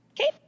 Okay